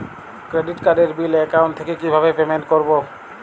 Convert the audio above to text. Credit কার্ডের bill account থেকে কিভাবে পেমেন্ট করবো?